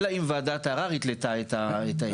אלא אם כן ועדת ערער התלתה את ההיתר.